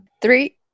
Three